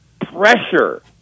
pressure